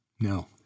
No